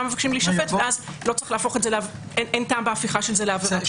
מבקשים להישפט ואז אין טעם בהפיכה של זה לעבירת קנס.